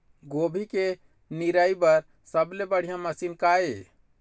गोभी के निराई बर सबले बने मशीन का ये?